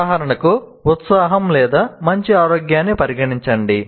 ఉదాహరణకు ఉత్సాహం లేదా మంచి ఆరోగ్యాన్ని పరిగణించండి